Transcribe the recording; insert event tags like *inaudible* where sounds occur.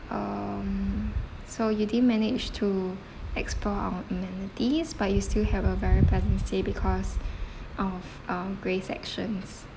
um so you didn't manage to explore our amenities but you still have a very pleasant stay because *breath* of uh grace actions